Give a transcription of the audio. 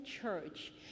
church